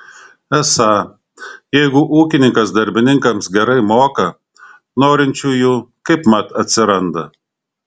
esą jeigu ūkininkas darbininkams gerai moka norinčiųjų kaipmat atsiranda